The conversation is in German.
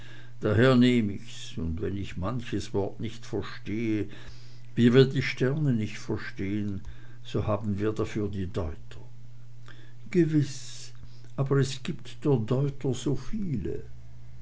daher nehm ich's und wenn ich manches wort nicht verstehe wie wir die sterne nicht verstehn so haben wir dafür die deuter gewiß aber es gibt der deuter so viele